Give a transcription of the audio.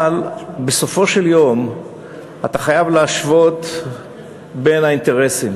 אבל בסופו של דבר אתה חייב להשוות בין האינטרסים